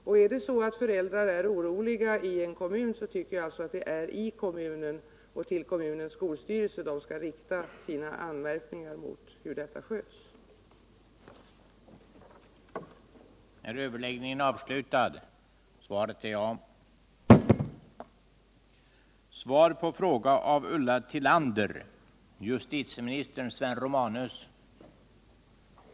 Om det är så att föräldrar i en kommun är oroliga tycker jag att de skall rikta sina anmärkningar mot hur verksamheten sköts till skolstyrelsen i kommunen.